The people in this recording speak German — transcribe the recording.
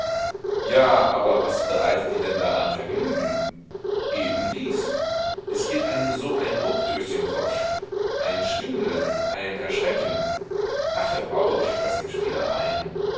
ja aber was bereitet dir denn daran vergnügen eben dies es geht einem so ein ruck durch den kopf ein schwindel ein erschrecken ach hör auf das sind spielereien